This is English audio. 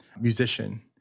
musician